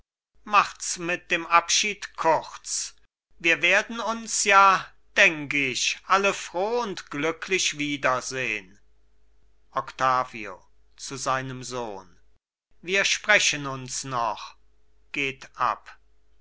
machts mit dem abschied kurz wir werden uns ja denk ich alle froh und glücklich wiedersehn octavio zu seinem sohn wir sprechen uns noch geht ab